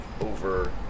over